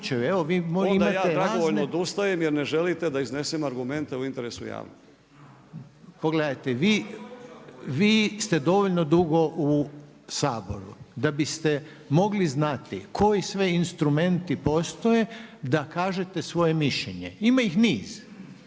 Onda ja dragovoljno odustajem jer ne želite da iznesem argumente u interesu javnosti. **Reiner, Željko (HDZ)** Pogledajte, vi ste dovoljno dugo u Saboru, da biste mogli znati koji sve instrumenti postoje da kažete svoje mišljenje, ima ih niz,